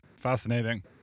Fascinating